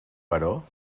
però